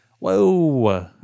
Whoa